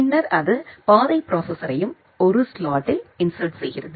பின்னர் அது பாதை ப்ரோசெசர்யும் ஒரு ஸ்லாட்டில் இன்சர்ட் செய்கிறது